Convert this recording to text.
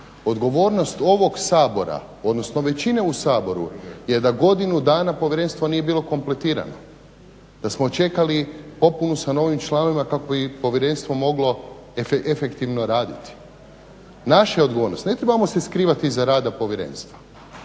Odgovornost ovog Sabora, odnosno većine u Saboru je da godinu dana povjerenstvo nije bilo kompletirano, da smo čekali popunu sa novim članovima kako bi povjerenstvo moglo efektivno raditi. Naša je odgovornost, ne trebamo se skrivati iza rada povjerenstva,